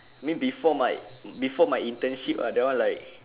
I mean before my before my internship uh that one like